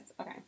Okay